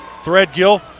Threadgill